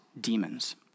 demons